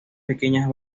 pequeñas